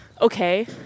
Okay